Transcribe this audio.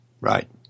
Right